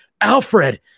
Alfred